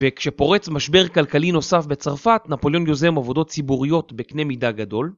וכשפורץ משבר כלכלי נוסף בצרפת, נפוליון יוזם עבודות ציבוריות בקנה מידה גדול